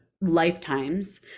lifetimes